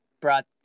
brought